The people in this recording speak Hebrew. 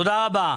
תודה רבה.